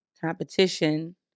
competition